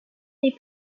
est